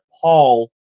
Paul